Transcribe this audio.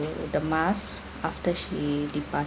the mass after she depart